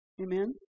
Amen